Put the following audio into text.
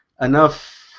enough